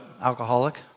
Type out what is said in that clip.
alcoholic